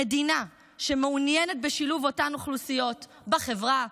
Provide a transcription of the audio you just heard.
כמדינה שמעוניינת בשילוב אותן אוכלוסיות בחברה,